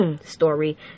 story